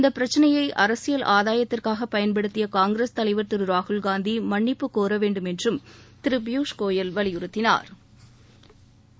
இந்த பிரச்சினையை அரசியல் ஆதாயத்திற்காக பயன்படுத்திய காங்கிரஸ் தலைவர் திரு ராகுல்காந்தி மன்னிப்பு கோரவேண்டும் என்றும் திரு பியுஷ் கோயல் வலியுறுத்தினாா்